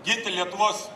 ginti lietuvos